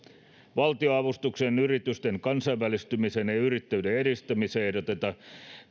valtionavustukseen yritysten kansainvälistymiseen ja ja yrittäjyyden edistämiseen ehdotetaan